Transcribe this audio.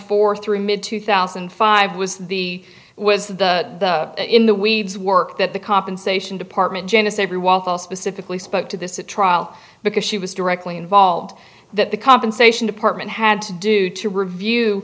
four through mid two thousand and five was the was the in the weeds work that the compensation department janice every walthall specifically spoke to this a trial because she was directly involved that the compensation department had to do to review